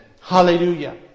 Hallelujah